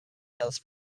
hills